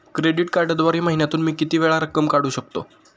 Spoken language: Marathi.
क्रेडिट कार्डद्वारे महिन्यातून मी किती वेळा रक्कम काढू शकतो?